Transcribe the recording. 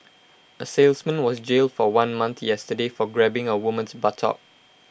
A salesman was jailed for one month yesterday for grabbing A woman's buttock